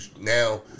now